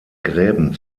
gräben